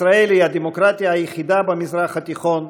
ישראל היא הדמוקרטיה היחידה במזרח התיכון,